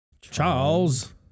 Charles